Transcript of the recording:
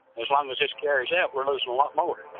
as long as this carries out we're losing a lot more